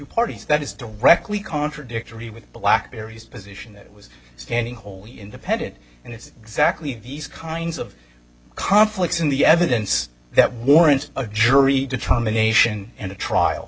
parties that is directly contradictory with blackberrys position that was standing wholly independent and it's exactly these kinds of conflicts in the evidence that warrant a jury determination and a trial